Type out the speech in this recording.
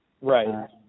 Right